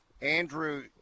Andrew